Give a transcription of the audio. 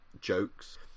jokes